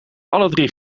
alledrie